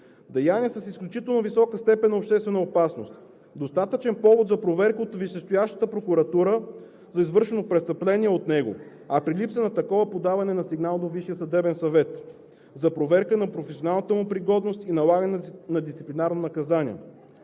деяния с изключителна висока степен на обществена опасност – достатъчен повод за проверка от висшестоящата прокуратура за извършено престъпление от него, а при липса на такова подаване на сигнал до Висшия съдебен съвет – за проверка на професионалната му пригодност и налагане на дисциплинарно наказание.